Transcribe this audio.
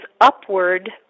upward